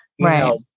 Right